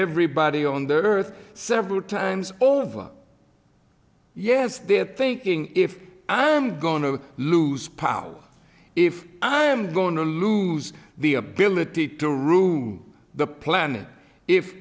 everybody on the earth several times over yes they're thinking if i'm going to lose power if i'm going to lose the ability to room the planet if